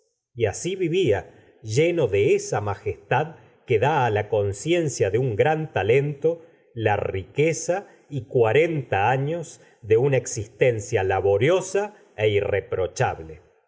y así vivía lleno de esa majestad que dá la conciencia de un gran talento la riqueza y cuarenta años de una existencia laboriosa é irreprochable